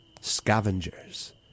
scavengers